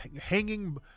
hanging